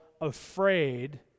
afraid